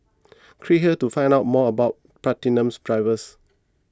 click here to find out more about platinum drivers